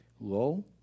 low